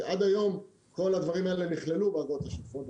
שעד היום כל הדברים האלה נכללו באגרות השוטפות.